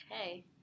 Okay